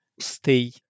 stay